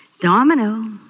Domino